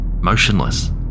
motionless